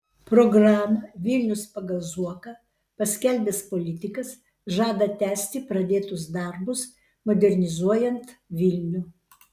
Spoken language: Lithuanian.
programą vilnius pagal zuoką paskelbęs politikas žada tęsti pradėtus darbus modernizuojant vilnių